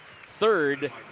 third